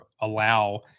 allow